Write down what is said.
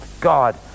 God